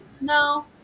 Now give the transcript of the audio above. no